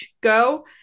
go